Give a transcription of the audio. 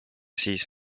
siis